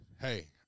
hey